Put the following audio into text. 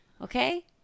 okay